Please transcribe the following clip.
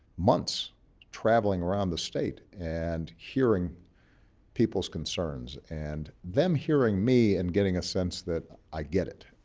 months traveling around the state and hearing people's concerns and them hearing me and getting a sense that i get it.